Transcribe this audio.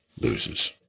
loses